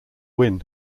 win